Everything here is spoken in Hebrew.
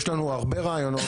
יש לנו הרבה רעיונות.